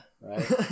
right